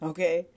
Okay